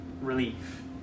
relief